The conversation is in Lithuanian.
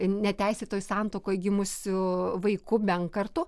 neteisėtoj santuokoj gimusiu vaiku benkartu